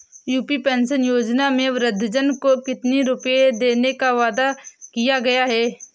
UP pension योजना में वृद्धजन को कितनी रूपये देने का वादा किया गया है?